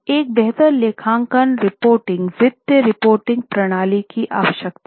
एक बेहतर लेखांकन रिपोर्टिंग वित्तीय रिपोर्टिंग प्रणाली की आवश्यकता है